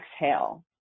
exhale